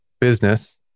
business